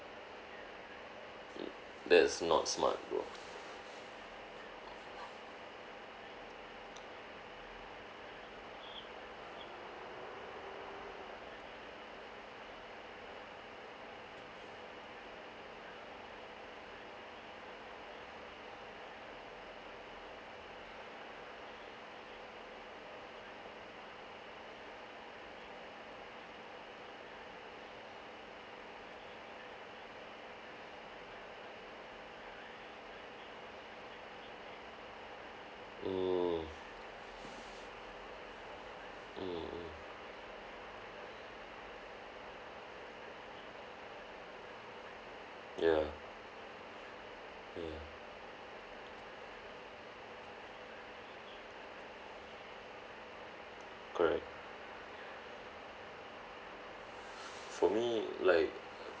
mm that's not smart bro mm mm mm ya mm correct for me like